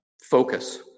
focus